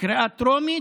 בקריאה הטרומית,